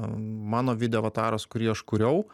mano video avataras kurį aš kūriau